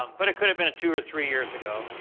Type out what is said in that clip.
um but it could have been two or three years ago.